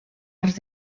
arts